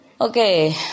Okay